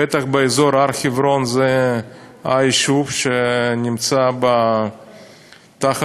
בטח באזור הר-חברון זה היישוב שנמצא תחת